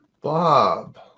Bob